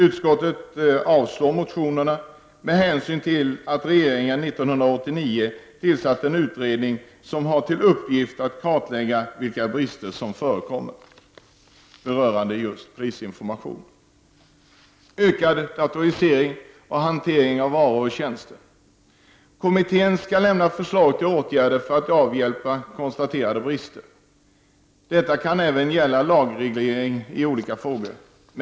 Utskottet avstyrker motionerna med hänsyn till att regeringen 1989 tillsatt en utredning som har till uppgift att kartlägga vilka brister som förekommer beträffande prisinformation, ökad datorisering och hantering av varor och tjänster. Kommittén skall lämna förslag till åtgärder för att avhjälpa konstaterade brister. Detta kan även gälla lagreglering i olika frågor.